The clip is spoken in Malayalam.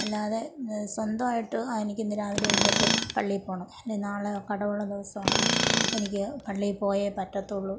അല്ലാതെ സ്വന്തം ആയിട്ട് ആ എനിക്കിന്ന് രാവിലെ എഴുന്നേറ്റ് പള്ളിയിൽ പോവണം ഇനി നാളെ കട ഉള്ള ദിവസമാണ് എനിക്ക് പള്ളിയിൽ പോയേ പറ്റുള്ളൂ